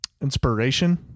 inspiration